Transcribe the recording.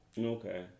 Okay